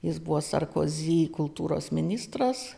jis buvo sarkozy kultūros ministras